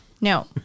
No